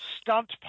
Stunt